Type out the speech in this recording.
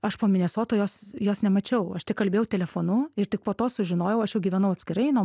aš po minesoto jos jos nemačiau aš tik kalbėjau telefonu ir tik po to sužinojau aš jau gyvenau atskirai nuo